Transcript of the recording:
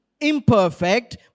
imperfect